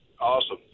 Awesome